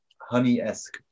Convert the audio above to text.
Honey-esque